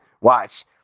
Watch